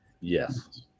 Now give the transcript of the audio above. Yes